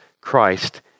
Christ